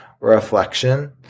reflection